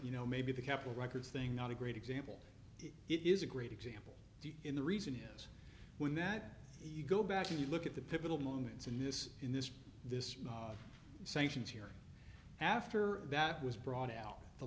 you know maybe the capitol records thing not a great example it is a great example in the recent years when that you go back to you look at the pivotal moments in this in this this sanctions here after that was brought out the